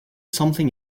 something